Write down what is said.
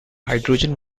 hydrogen